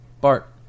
Bart